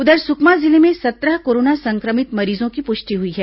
उधर सुकमा जिले में सत्रह कोरोना संक्रमित मरीजों की पुष्टि हुई है